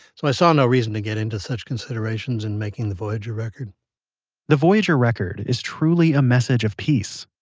so, i saw no reason to get into such considerations in making the voyager record the voyager gold record is truly a message of peace.